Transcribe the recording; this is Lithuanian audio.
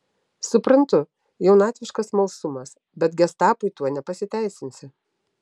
suprantu jaunatviškas smalsumas bet gestapui tuo nepasiteisinsi